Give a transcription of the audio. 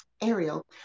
ariel